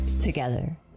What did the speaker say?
together